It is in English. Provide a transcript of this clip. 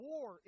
War